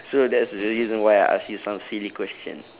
so that's the reason why I ask you some silly question